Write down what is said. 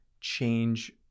change